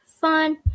fun